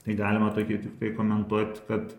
tai galima tokį tiktai komentuot kad